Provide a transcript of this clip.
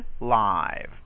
live